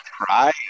cry